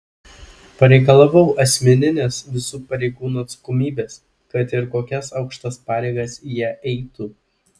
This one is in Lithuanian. pareikalavau asmeninės visų pareigūnų atsakomybės kad ir kokias aukštas pareigas jie eitų